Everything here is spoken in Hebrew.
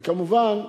וכמובן,